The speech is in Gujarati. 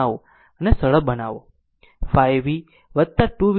આમ અને સરળ બનાવશે 5 v 2 v2 12 v3 0